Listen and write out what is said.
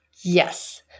Yes